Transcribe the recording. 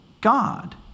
God